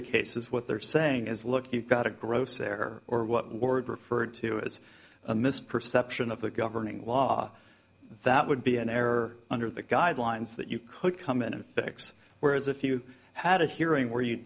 the cases what they're saying is look you've got a gross error or what were referred to as a miss perception of the governing law that would be an error under the guidelines that you could come in and fix whereas if you had a hearing where you